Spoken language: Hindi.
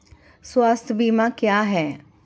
स्वास्थ्य बीमा क्या है?